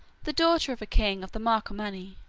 the daughter of a king of the marcomanni,